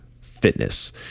fitness